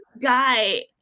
guy